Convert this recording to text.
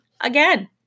again